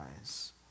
eyes